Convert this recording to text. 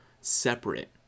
separate